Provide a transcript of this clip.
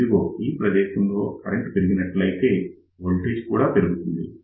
ఇదిగో ఈ ప్రదేశంలో కరెంట్ పెరిగినట్లయితే voltage వోల్టేజ్ కూడా పెరుగుతుంది